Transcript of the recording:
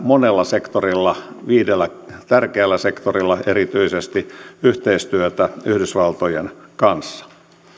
monella sektorilla viidellä tärkeällä sektorilla erityisesti yhteistyötä yhdysvaltojen kanssa